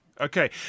okay